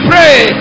Pray